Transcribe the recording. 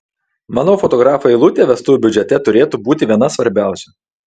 manau fotografo eilutė vestuvių biudžete turėtų būti viena svarbiausių